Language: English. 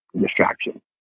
distraction